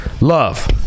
Love